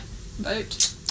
vote